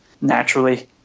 naturally